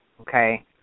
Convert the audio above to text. Okay